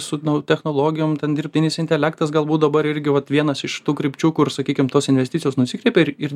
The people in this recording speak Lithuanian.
su technologijom ten dirbtinis intelektas galbūt dabar irgi vat vienas iš tų krypčių kur sakykim tos investicijos nusikreipia ir ir